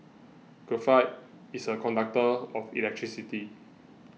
graphite is a conductor of electricity